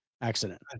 accident